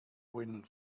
wind